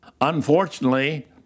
Unfortunately